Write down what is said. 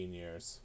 years